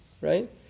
right